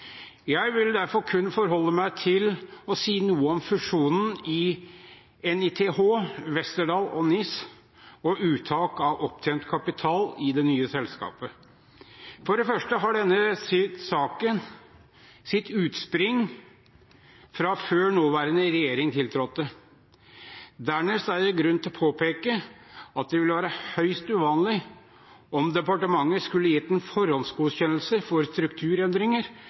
Jeg vil derfor kun forholde meg til å si noe om fusjonen av NITH, Westerdals og NISS og uttak av opptjent kapital i det nye selskapet. For det første har denne saken sitt utspring fra før nåværende regjering tiltrådte. Dernest er det grunn til å påpeke at det ville være høyst uvanlig om departementet skulle gitt en forhåndsgodkjennelse for strukturendringer